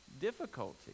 difficulty